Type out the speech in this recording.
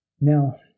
Now